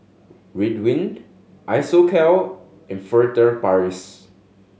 Ridwind Isocal and Furtere Paris